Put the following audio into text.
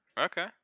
Okay